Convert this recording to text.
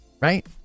right